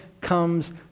comes